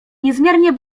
niezmiernie